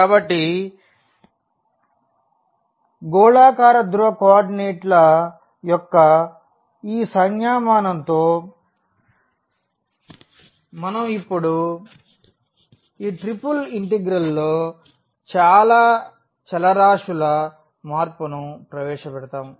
కాబట్టి గోళాకార ధ్రువ కోఆర్డినేట్ల యొక్క ఈ సంజ్ఞామానం తో మనం ఇప్పుడు ట్రిపుల్ ఇంటిగ్రల్లో చలరాశుల మార్పును ప్రవేశపెడతాము